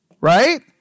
right